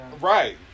Right